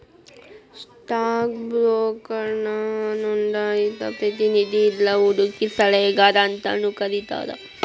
stock ಬ್ರೋಕರ್ನ ನೋಂದಾಯಿತ ಪ್ರತಿನಿಧಿ ಇಲ್ಲಾ ಹೂಡಕಿ ಸಲಹೆಗಾರ ಅಂತಾನೂ ಕರಿತಾರ